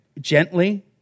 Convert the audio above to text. gently